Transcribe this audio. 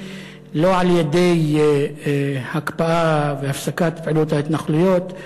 לא על-ידי הקפאה והפסקת פעילות ההתנחלויות,